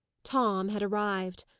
tom had arrived.